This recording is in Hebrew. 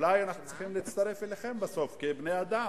ואולי אנחנו צריכים להצטרף אליכם בסוף, כבני-אדם.